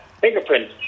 fingerprint